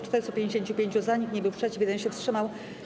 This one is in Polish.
455 - za, nikt nie był przeciw, 1 się wstrzymał.